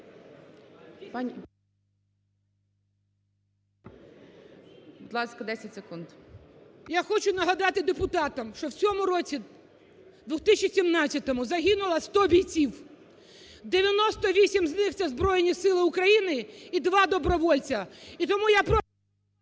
Я хочу нагадати депутатам, що в цьому році 2017 загинуло 100 бійців, 98 з них – це Збройні Сили України і 2 – добровольці.